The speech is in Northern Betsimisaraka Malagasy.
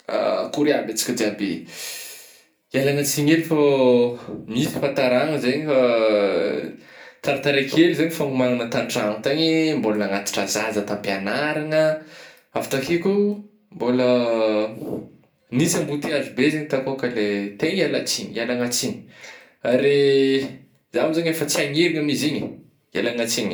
Akôry aby antsika jiaby eh, ialagna tsigny hely fô misy fahataragna zegny taratara kely zany fagnomanana tan-tragno tagny, mbola nanatitra zaza ta mpiagnaragna avy takeo ko mbola nisy amboteilazy be zegny takao ka le, tegna iala tsigny, ialagna tsigny, ary zao zegny efa tsy agnerigna amin'izy igny eh, ialagna tsigny.